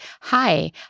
hi